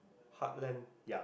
heartland